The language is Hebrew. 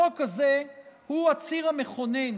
החוק הזה הוא הציר המכונן